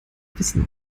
wissen